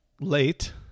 late